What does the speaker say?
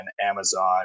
Amazon